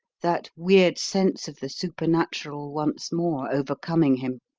that weird sense of the supernatural once more overcoming him.